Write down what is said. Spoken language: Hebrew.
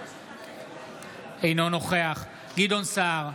אינו נוכח גדעון סער,